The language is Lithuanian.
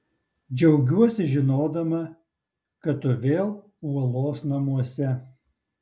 džiaugiuosi žinodama kad tu vėl uolos namuose